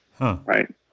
right